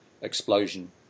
explosion